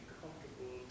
comfortable